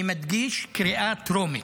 אני מדגיש, קריאה טרומית,